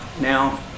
Now